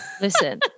Listen